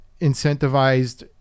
incentivized